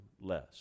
less